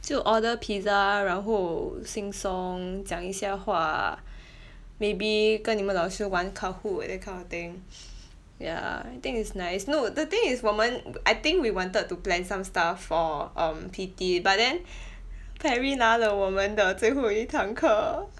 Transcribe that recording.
就 order pizza 然后 sing song 讲一下话 maybe 跟你们老师玩 Kahoot that kind of thing ya I think it's nice no the thing is 我们 I think we wanted to plan some stuff for um P_T but then Perry 拿了我们的最后一堂课